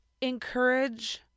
encourage